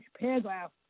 paragraph